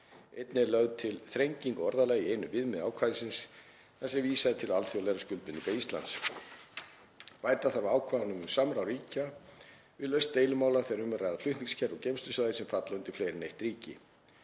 Einnig er lögð til þrenging á orðalagi í einu viðmiða ákvæðisins þar sem vísað er til alþjóðlegra skuldbindinga Íslands. Bæta þarf við ákvæðum um samráð ríkja við lausn deilumála þegar um er að ræða flutningskerfi og geymslusvæði sem falla undir fleiri en eitt ríki.